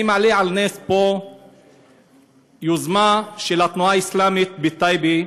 אני מעלה על נס פה יוזמה של התנועה האסלאמית בטייבה,